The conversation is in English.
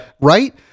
Right